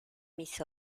mis